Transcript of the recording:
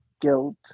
guilt